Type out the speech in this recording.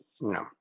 No